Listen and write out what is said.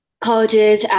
colleges